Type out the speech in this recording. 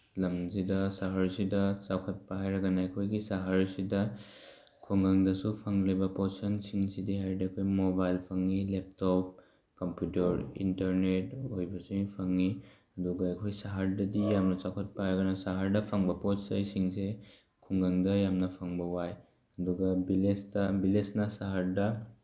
ꯂꯝꯁꯤꯗ ꯁꯍꯔꯁꯤꯗ ꯆꯥꯎꯈꯠꯄ ꯍꯥꯏꯔꯒꯅ ꯑꯩꯈꯣꯏꯒꯤ ꯁꯍꯔꯁꯤꯗ ꯈꯨꯡꯒꯪꯗꯁꯨ ꯐꯪꯂꯤꯕ ꯄꯣꯠꯆꯪꯁꯤꯡꯁꯤꯗꯤ ꯍꯥꯏꯔꯗꯤ ꯑꯩꯈꯣꯏ ꯃꯣꯕꯥꯏꯜ ꯐꯪꯏ ꯂꯦꯞꯇꯣꯞ ꯀꯝꯄ꯭ꯌꯨꯇꯔ ꯏꯟꯇꯔꯅꯦꯠ ꯑꯣꯏꯕꯁꯤꯡ ꯐꯪꯏ ꯑꯗꯨꯒ ꯑꯩꯈꯣꯏ ꯁꯍꯔꯗꯗꯤ ꯌꯥꯝꯅ ꯆꯥꯎꯈꯠꯄ ꯍꯥꯏꯔꯒꯅ ꯁꯍꯔꯗ ꯐꯪꯕ ꯄꯣꯠꯆꯩꯁꯤꯡꯁꯦ ꯈꯨꯡꯒꯪꯗ ꯌꯥꯝꯅ ꯐꯪꯕ ꯋꯥꯏ ꯑꯗꯨꯒ ꯚꯤꯂꯦꯖꯇ ꯚꯤꯂꯦꯖꯅ ꯁꯍꯔꯗ